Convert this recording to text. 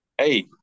hey